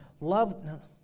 loved